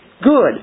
good